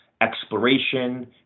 exploration